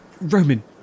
Roman